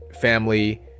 family